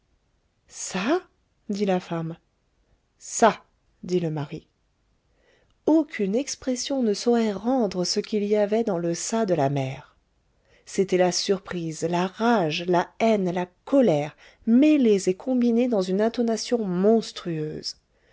ça dit la femme ça dit le mari aucune expression ne saurait rendre ce qu'il y avait dans le ça de la mère c'était la surprise la rage la haine la colère mêlées et combinées dans une intonation monstrueuse